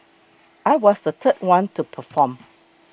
I was the third one to perform